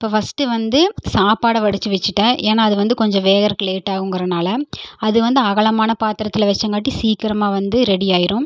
இப்போ ஃபஸ்ட்டு வந்து சாப்பாடை வடிச்சு வச்சிட்டேன் ஏன்னா அது வந்து கொஞ்சம் வேகறதுக்கு லேட் ஆகுங்கிறதனால அது வந்து அகலமான பாத்தரத்தில் வச்சங்காட்டியும் சீக்கிரமாக வந்து ரெடி ஆயிடும்